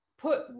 put